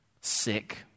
sick